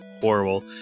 horrible